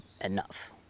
enough